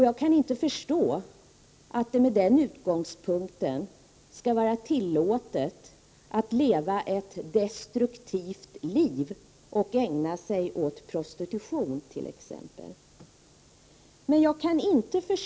Jag kan inte förstå att det med den utgångspunkten skall vara tillåtet att leva ett destruktivt liv och t.ex. ägna sig åt prostitution.